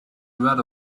word